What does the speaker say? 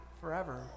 forever